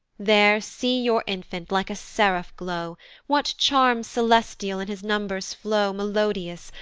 there see your infant, like a seraph glow what charms celestial in his numbers flow melodious,